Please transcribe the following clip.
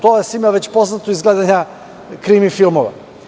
To je svima već poznato iz gledanja krimi filmova.